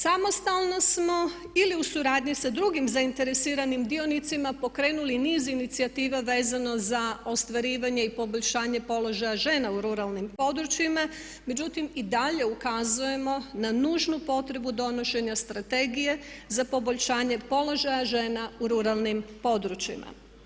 Samostalno smo ili u suradnji sa drugim zainteresiranim dionicima pokrenuli niz inicijativa vezano za ostvarivanje i poboljšanje položaja žena u ruralnim područjima, međutim i dalje ukazujemo na nužnu potrebu donošenja strategije za poboljšanje položaja žena u ruralnim područjima.